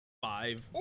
five